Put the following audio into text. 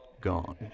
gone